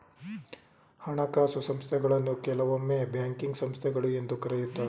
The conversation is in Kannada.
ಹಣಕಾಸು ಸಂಸ್ಥೆಗಳನ್ನು ಕೆಲವೊಮ್ಮೆ ಬ್ಯಾಂಕಿಂಗ್ ಸಂಸ್ಥೆಗಳು ಎಂದು ಕರೆಯುತ್ತಾರೆ